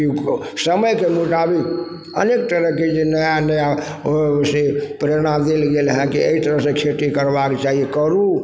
कि समयके मोताबिक अनेक तरहके जे नया नया से प्रेरणा देल गेल हइ कि अइ तरहसँ खेती करबाके चाही करू